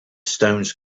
stones